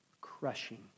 crushing